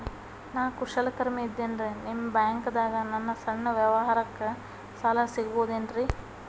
ನಾ ಕುಶಲಕರ್ಮಿ ಇದ್ದೇನ್ರಿ ನಿಮ್ಮ ಬ್ಯಾಂಕ್ ದಾಗ ನನ್ನ ಸಣ್ಣ ವ್ಯವಹಾರಕ್ಕ ಸಾಲ ಸಿಗಬಹುದೇನ್ರಿ?